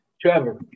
Trevor